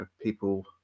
people